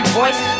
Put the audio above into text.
voice